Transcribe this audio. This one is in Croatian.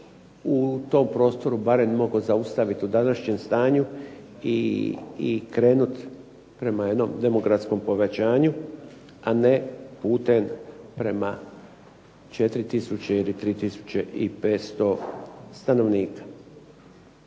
u tom prostoru barem mogao zaustavit u današnjem stanju i krenut prema jednom demografskom povećanju, a ne putem prema 4 tisuće ili 3500 stanovnika.